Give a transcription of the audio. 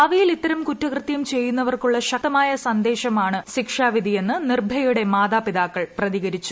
ഭാവിയിൽ ഇത്തരം കുറ്റകൃത്യം ചെയ്യുന്നവർക്കുള്ള ശക്തമായ സന്ദേശമാണ് ശിക്ഷാവിധിയെന്ന് നിർഭയയുടെ മാതാപിതാക്കൾ പ്രതികരിച്ചു